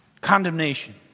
condemnation